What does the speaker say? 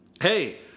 Hey